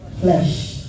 flesh